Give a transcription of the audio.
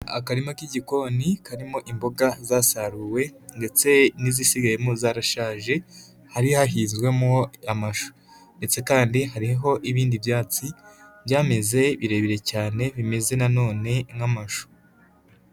Akarima k'igikoni karimo imboga zasaruwe ndetse n'izisigayemo zarashaje, hari hahinzwemo amashu ndetse kandi hariho ibindi byatsi byameze birebire cyane bimeze nanone nk'amashu.